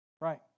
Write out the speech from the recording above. right